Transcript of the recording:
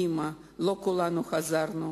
אמא, לא כולנו חזרנו.